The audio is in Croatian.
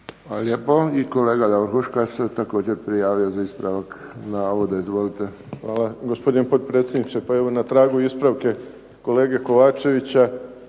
Hvala lijepo. I kolega Davor Huška se također prijavio za ispravak navoda. Izvolite. **Huška, Davor (HDZ)** Hvala. Gospodine potpredsjedniče, pa evo na tragu ispravke kolege Kovačevića